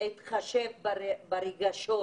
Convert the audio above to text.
שהמצב הכלכלי הולך ומחמיר.